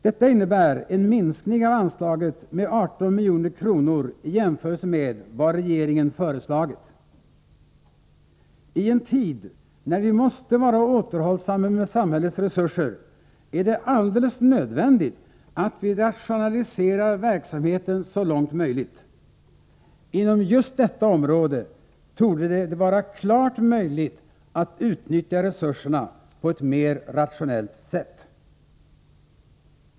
Detta innebär en minskning av anslaget med 18 milj.kr. i jämförelse med vad regeringen föreslagit. I en tid när vi måste vara återhållsamma med samhällets resurser är det alldeles nödvändigt att vi rationaliserar verksamheten så långt möjligt. Inom just detta område torde det vara fullt möjligt att utnyttja resurserna på ett mer rationellt sätt.